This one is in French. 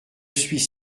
suis